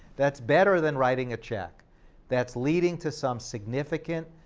that's better than writing a check that's leading to some significant,